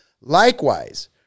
Likewise